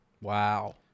Wow